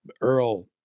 Earl